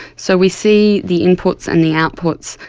so we see the inputs and the outputs,